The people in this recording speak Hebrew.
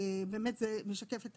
ובאמת זה משתף את